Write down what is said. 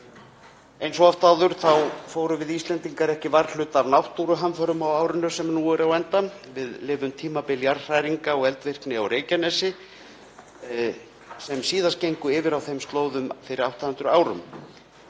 Eins og oft áður fórum við Íslendingar ekki varhluta af náttúruhamförum á árinu sem senn er á enda. Við lifum tímabil jarðhræringa og eldvirkni á Reykjanesi sem síðast gengu yfir á þeim slóðum fyrir um 800 árum.